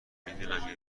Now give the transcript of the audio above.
میدونم